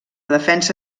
defensa